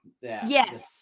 yes